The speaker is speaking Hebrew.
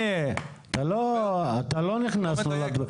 אתה לא נכנס לו בדברים.